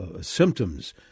symptoms